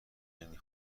نمی